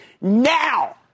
Now